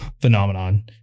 phenomenon